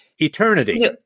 Eternity